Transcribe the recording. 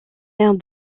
aire